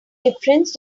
difference